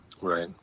Right